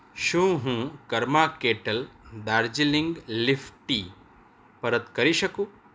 શું હું Karma Kettle Darjeeling leaf tea પરત કરી શકું